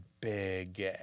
big